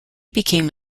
became